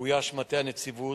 אויש מטה הנציבות,